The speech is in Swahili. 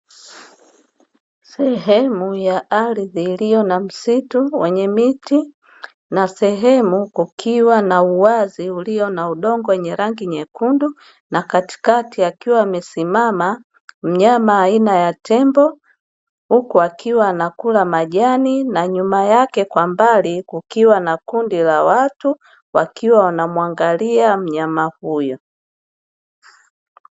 Sehemu ya ardhi iliyo msitu wenye miti na sehemu kukiwa na uwazi uliyo na udongo wenye rangi nyekundu na katikati akiwa amesimama mnyama aina ya tembo, huku akiwa anakula majani na nyuma yake kwa mbali kukiwa na kundi la watu wakiwa wanamwangalia mnyama huyo.